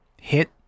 hit